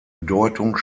bedeutung